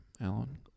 Alan